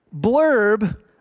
blurb